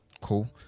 Cool